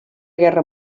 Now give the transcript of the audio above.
guerra